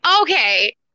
Okay